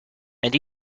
and